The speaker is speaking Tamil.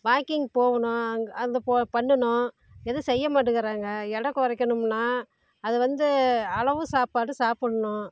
வாக்கிங் போகணும் அங் அந்த போ பண்ணணும் எதுவிம் செய்ய மாட்டேங்கிறாங்க எடை குறைக்கணும்னா அது வந்து அளவு சாப்பாடு சாப்பிட்ணும்